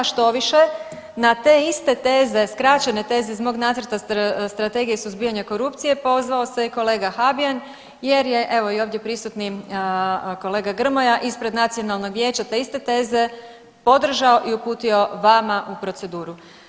Štoviše na te iste teze, skraćene teze iz mog Nacrta strategije suzbijanja korupcije pozvao se i kolega Habijan jer je evo i ovdje prisutni kolega Grmoja ispred Nacionalnog vijeća te iste teze podržao i uputio vama u proceduru.